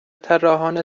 طراحان